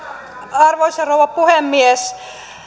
arvoisa rouva puhemies